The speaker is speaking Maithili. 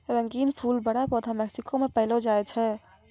रंगीन फूल बड़ा पौधा मेक्सिको मे पैलो जाय छै